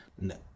No